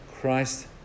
Christ